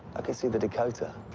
i can see the dakota.